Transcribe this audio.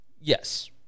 Yes